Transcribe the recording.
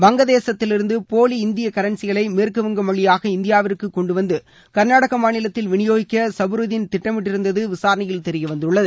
வங்க தேசத்திலிருந்து போலி இந்திய கரன்சிகளை மேற்குவங்கம் வழியாக இந்தியாவிற்கு கொண்டுவந்து கர்நாடக மாநிலத்தில் விநியோகிக்க சபருதின் திட்டமிட்டிருந்தது விசாரணையில் தெரியவந்துள்ளது